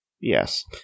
Yes